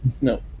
No